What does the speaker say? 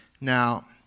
Now